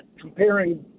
comparing